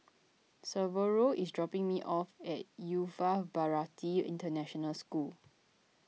Severo is dropping me off at Yuva Bharati International School